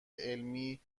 علمی